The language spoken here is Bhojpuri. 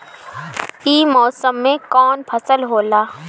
ई मौसम में कवन फसल होला?